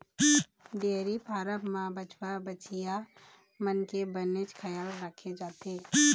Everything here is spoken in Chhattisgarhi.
डेयरी फारम म बछवा, बछिया मन के बनेच खियाल राखे जाथे